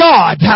God